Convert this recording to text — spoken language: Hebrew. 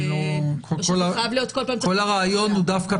דווקא